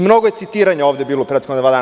Mnogo je citiranja ovde bilo u prethodna dva dana.